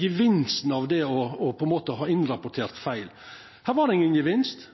gevinsten av det å ha innrapportert feil. Her var det ingen gevinst,